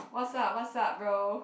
what's up what's up bro